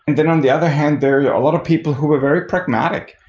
and then on the other hand, there are a lot of people who were very pragmatic,